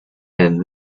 and